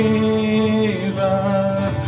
Jesus